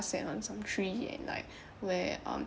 sat on some tree and like where um